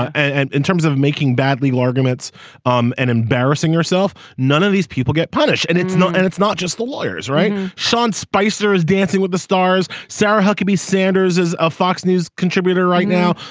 and in terms of making bad legal arguments um and embarrassing herself none of these people get punished. and it's not and it's not just the lawyers right. sean spicer is dancing with the stars sarah huckabee sanders is a fox news contributor right now.